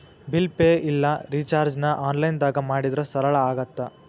bill pay ಇಲ್ಲಾ ರಿಚಾರ್ಜ್ನ ಆನ್ಲೈನ್ದಾಗ ಮಾಡಿದ್ರ ಸರಳ ಆಗತ್ತ